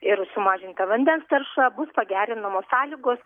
ir sumažinta vandens tarša bus pagerinamos sąlygos